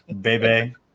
baby